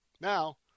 Now